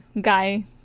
guy